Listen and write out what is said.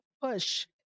push